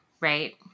right